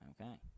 Okay